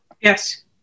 Yes